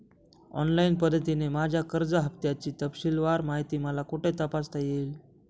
Online पद्धतीने माझ्या कर्ज हफ्त्याची तपशीलवार माहिती मला कुठे तपासता येईल?